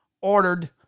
ordered